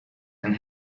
and